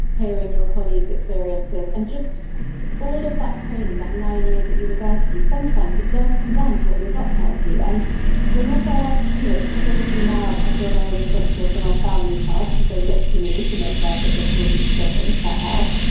hearing your colleagues experiences, and just all of that training, that nine years at university. sometimes it does come down to what your gut tells you. and you know because obviously now i feel very responsible for my family's health because they look to me to make that big, important decisions about health.